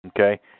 Okay